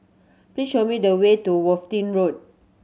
please show me the way to Worthing Road